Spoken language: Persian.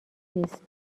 نیست